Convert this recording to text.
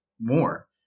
more